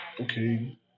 okay